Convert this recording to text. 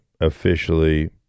officially